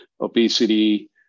obesity